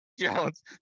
Jones